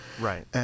Right